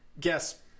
guess